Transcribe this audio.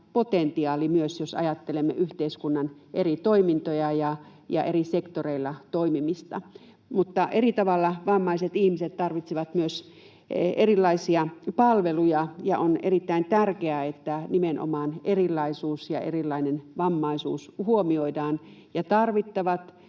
jos ajattelemme yhteiskunnan eri toimintoja ja eri sektoreilla toimimista. Mutta eri tavalla vammaiset ihmiset tarvitsevat myös erilaisia palveluja, ja on erittäin tärkeää, että nimenomaan erilaisuus ja erilainen vammaisuus huomioidaan ja tarvittavat